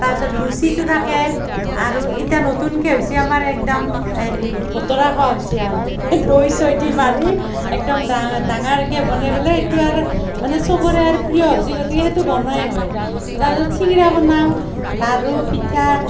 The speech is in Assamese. তাৰ পিছত লুচিটো থাকে আৰু ইতা নতুনকে হৈছি আমাৰ একদম হেৰি ভোতোৰা খাৱা হৈছি আৰু দৈ চৈ দি মাৰি একদম ডাঙাৰকে বনেই পেলে সেইটো আৰু মানে চবৰে আৰ প্ৰিয় হৈছি গতিকে সেইটো বনাৱাই হয় তাৰ পিছত চিঙিৰা বনাওঁ লাৰু পিঠা